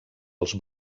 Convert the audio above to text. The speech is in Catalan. els